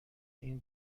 این